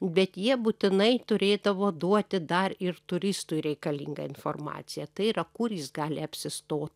bet jie būtinai turėdavo duoti dar ir turistui reikalingą informaciją tai yra kur jis gali apsistot